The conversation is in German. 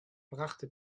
brachte